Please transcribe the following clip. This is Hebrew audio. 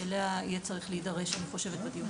שאני חושבת שיהיה צריך להידרש אליה בדיונים.